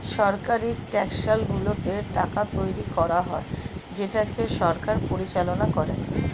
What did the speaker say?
সরকারি টাকশালগুলোতে টাকা তৈরী করা হয় যেটাকে সরকার পরিচালনা করে